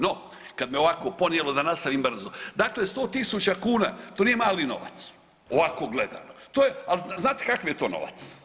No, kad me ovako ponijelo da nastavim brzo, dakle 100 tisuća kuna, to nije mali novac, ovako gledano, to je, ali znate kakav je to novac?